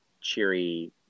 cheery